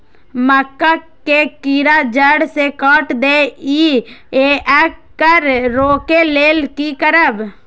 मक्का के कीरा जड़ से काट देय ईय येकर रोके लेल की करब?